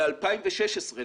ב-2016,